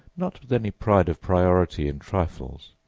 not with any pride of priority in trifles,